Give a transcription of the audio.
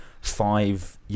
five